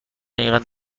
اینقدر